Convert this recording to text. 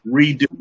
redo